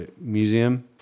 museum